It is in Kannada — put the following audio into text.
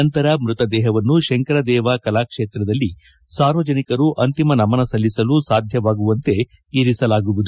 ನಂತರ ಮೃತ ದೇಹವನ್ನು ಶಂಕರ ದೇವ ಕಲಾಕ್ಷೇತ್ರದಲ್ಲಿ ಸಾರ್ವಜನಿಕರು ಅಂತಿಮ ನಮನ ಸಲ್ಲಿಸಲು ಸಾಧ್ಯವಾಗುವಂತೆ ಇರಿಸಲಾಗುವುದು